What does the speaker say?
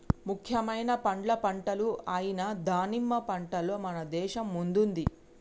ముఖ్యమైన పండ్ల పంటలు అయిన దానిమ్మ పంటలో మన దేశం ముందుంది